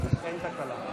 אין תקלה.